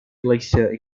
glacier